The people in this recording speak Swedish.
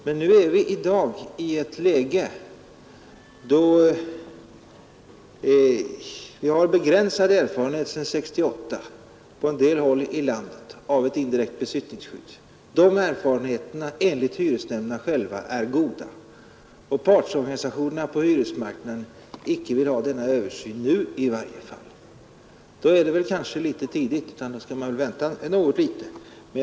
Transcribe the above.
Men nu är vi i dag i ett läge, då vi har begränsad erfarenhet sedan 1968 på en del håll i landet av ett indirekt besittningsskydd — erfarenheter som enligt hyresnämnderna själva är goda — och då partsorganisationerna på hyresmarknaden icke vill ha denna översyn nu i varje fall. Då är det kanske litet tidigt att göra denna översyn utan då skall man väl vänta litet.